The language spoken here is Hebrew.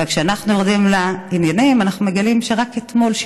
אבל כשאנחנו יורדים לעניינים אנחנו מגלים שרק אתמול,